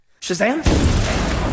Shazam